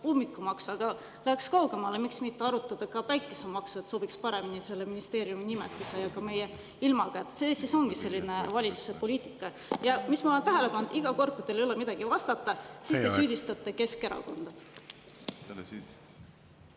ummikumaksu. Aga läheks kaugemale: miks mitte arutada ka päikesemaksu, sobiks paremini selle ministeeriumi nimetuse ja ka meie ilmaga? See siis ongi valitsuse poliitika. Ja mida ma tähele olen pannud: iga kord, kui teil ei ole midagi vastata, siis te süüdistate Keskerakonda.